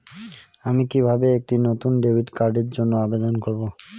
আমি কিভাবে একটি নতুন ডেবিট কার্ডের জন্য আবেদন করব?